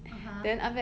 (uh huh)